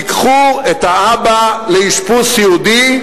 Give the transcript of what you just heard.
תיקחו את האבא לאשפוז סיעודי,